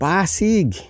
Pasig